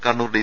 Kannur D